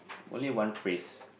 only one phrase